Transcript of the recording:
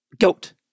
GOAT